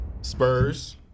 Spurs